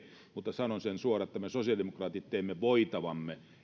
mutta sanon sen suoraan että me sosiaalidemokraatit teemme voitavamme että